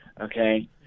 okay